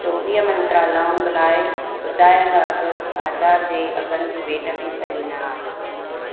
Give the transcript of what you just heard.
चोवीह मंत्रा लौंग लाइ ॿुधाइल अघु बाज़ार जे अघनि जी भेट में सही न आहे